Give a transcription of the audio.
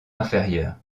inférieure